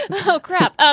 oh, crap. ah